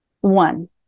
one